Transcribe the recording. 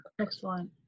Excellent